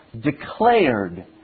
declared